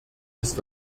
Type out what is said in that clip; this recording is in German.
ist